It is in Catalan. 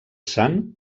sant